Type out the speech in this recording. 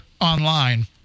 online